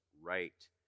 right